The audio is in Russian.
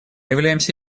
являемся